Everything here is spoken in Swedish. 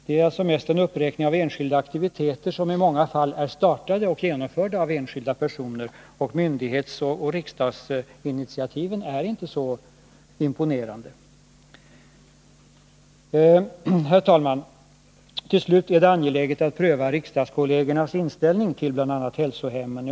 Det är alltså mest fråga om en uppräkning av enskilda aktiviteter som i många fall har startats och genomförts av enskilda personer. Myndighetsoch riksdagsinitiativen är inte så imponerande. Herr talman! Till slut är det angeläget att pröva riksdagskollegernas inställning till bl.a. hälsohemmen.